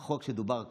אגב, החוק שדובר כרגע,